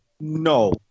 no